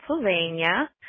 Pennsylvania